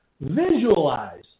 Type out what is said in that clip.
visualize